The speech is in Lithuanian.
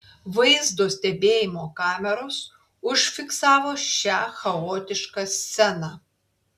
vaizdo stebėjimo kameros užfiksavo šią chaotišką sceną